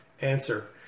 Answer